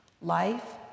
Life